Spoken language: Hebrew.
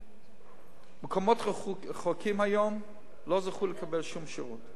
להגיד שמקומות רחוקים היום לא זכו לקבל שום שירות.